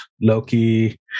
Loki